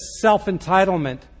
self-entitlement